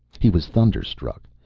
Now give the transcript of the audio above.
he was thunderstruck,